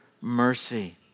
mercy